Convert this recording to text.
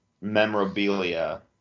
memorabilia